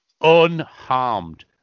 unharmed